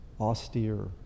austere